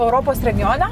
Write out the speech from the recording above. europos regione